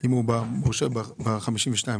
אם הוא מורשה, ב-52%.